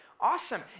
Awesome